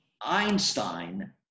Einstein